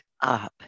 up